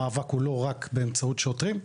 המאבק הוא לא רק באמצעות שוטרים,